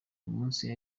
munsi